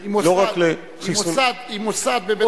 היא מוסד בבית-הספר.